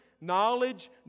knowledge